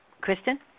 Kristen